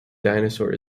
dinosaur